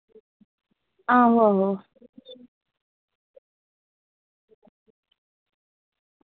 आहो आहो